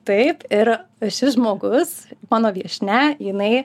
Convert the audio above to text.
taip ir šis žmogus mano viešnia jinai